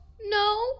No